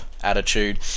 attitude